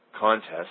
contest